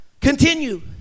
continue